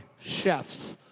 Chefs